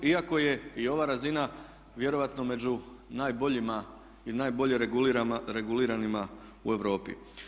Iako je i ova razina vjerojatno među najboljima i najbolje reguliranima u Europi.